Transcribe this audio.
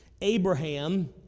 Abraham